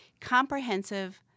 comprehensive